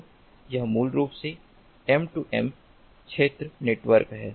तो यह मूल रूप से M2M क्षेत्र नेटवर्क है